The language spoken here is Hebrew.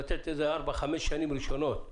לתת ארבע-חמש שנים ראשונות לרפורמה.